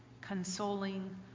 consoling